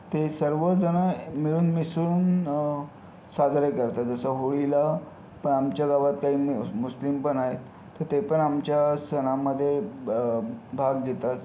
ते सर्वजणं मिळून मिसळून साजरे करतात जसं होळीला आमच्या गावात काही मुस्लिम पण आहेत तर ते पण आमच्या सणामध्ये भाग घेतात